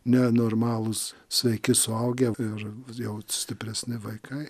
ne normalūs sveiki suaugę ir jau stipresni vaikai